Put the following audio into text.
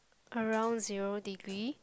around zero degree